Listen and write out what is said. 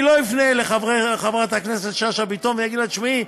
אני לא אפנה לחברת הכנסת שאשא ביטון ואגיד לה: שמעי,